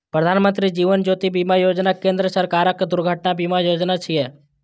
प्रधानमत्री जीवन ज्योति बीमा योजना केंद्र सरकारक दुर्घटना बीमा योजना छियै